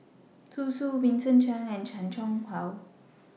Zhu Xu Vincent Cheng and Chan Chang How